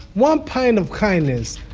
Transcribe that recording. one pint of kindness,